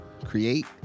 create